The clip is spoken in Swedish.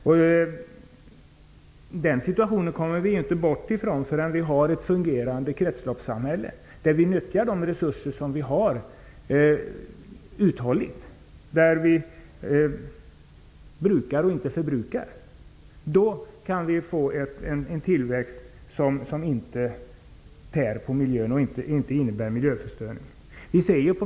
Vi kommer inte bort från den situationen förrän vi har ett fungerande kretsloppssamhälle där vi uthålligt nyttjar de resurser som vi har, där vi brukar och inte förbrukar. Då kan vi få en tillväxt som inte tär på miljön och inte innebär miljöförstöring.